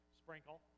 sprinkle